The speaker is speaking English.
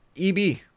EB